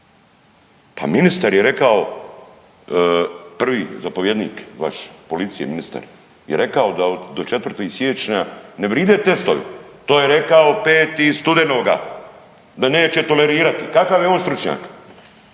pa ministar je rekao prvi zapovjednik vaš policije, ministar, je rekao da do 4. siječnja ne vride testovi, to je rekao 5. studenoga, da neće tolerirati kakav je on stručnjak,